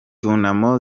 indirimbo